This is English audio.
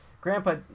Grandpa